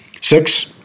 Six